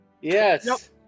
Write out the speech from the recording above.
Yes